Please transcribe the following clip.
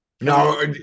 no